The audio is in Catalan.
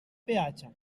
peatge